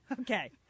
okay